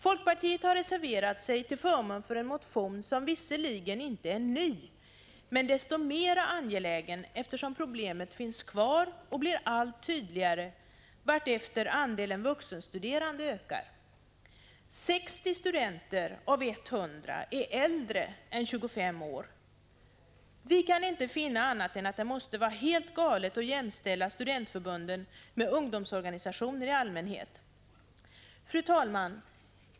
Folkpartiet har reserverat sig till förmån för en motion som visserligen inte är ny, men som är desto mera angelägen som problemet finns kvar och blir allt tydligare allteftersom de vuxenstuderandes andel ökar. 60 studenter av 100 är äldre än 25 år. Vi kan inte finna annat än att det måste vara helt galet att jämställa studentförbunden med ungdomsorganisationer i allmänhet. Fru talman!